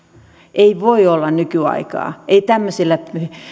ei voi olla nykyaikaa ei tämmöisillä